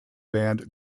band